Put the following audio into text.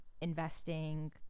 investing